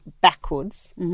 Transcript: backwards